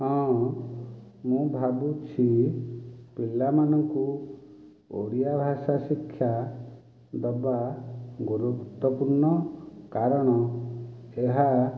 ହଁ ମୁଁ ଭାବୁଛି ପିଲାମାନଙ୍କୁ ଓଡ଼ିଆ ଭାଷା ଶିକ୍ଷା ଦେବା ଗୁରୁତ୍ୱପୂର୍ଣ୍ଣ କାରଣ ଏହା